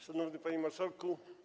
Szanowny Panie Marszałku!